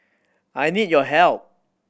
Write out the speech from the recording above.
I need your help